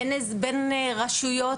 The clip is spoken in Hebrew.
בין רשויות,